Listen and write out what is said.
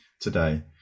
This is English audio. today